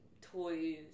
toys